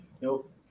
Nope